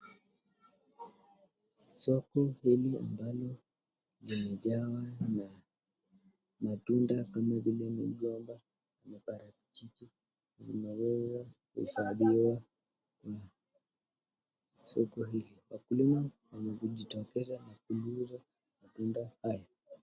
Soko hili ambalo limejaa matunda kama vile migomba na parachichi zimeweza kuhifadhiwa katika soko hili kwani yamejitokeza katika rundo haya.